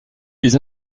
les